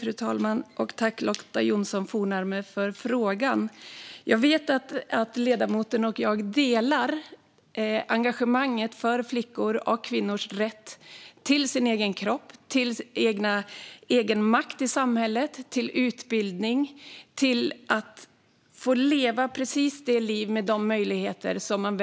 Fru talman! Jag vet att ledamoten och jag delar engagemanget för flickors och kvinnors rätt till sin egen kropp, egenmakt i samhället, utbildning och möjlighet att välja själva precis hur de